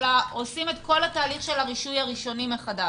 אלא עושים את כל התהליך של הרישוי הראשוני מחדש.